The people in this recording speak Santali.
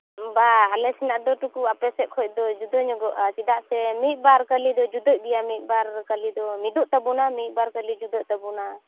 ᱵᱟ ᱟᱞᱮ ᱥᱮᱱᱟᱜ ᱫᱚ ᱛᱩᱵᱩ ᱟᱯᱮ ᱥᱮᱫ ᱠᱷᱚᱱ ᱫᱚ ᱡᱩᱫᱟᱹ ᱧᱚᱜᱚᱜᱼᱟ ᱪᱮᱫᱟᱜ ᱥᱮ ᱢᱤᱫ ᱵᱟᱨ ᱠᱟᱹᱞᱤ ᱫᱚ ᱡᱩᱫᱟᱹᱜ ᱜᱮᱭᱟ ᱢᱤᱫ ᱵᱟᱨ ᱠᱟᱹᱞᱤ ᱫᱚ ᱢᱤᱫᱚᱜ ᱛᱟᱵᱚᱱᱟ ᱢᱤᱫ ᱵᱟᱨ ᱠᱟᱹᱢᱤ ᱡᱩᱫᱟᱹᱜ ᱛᱟᱵᱚᱱᱟ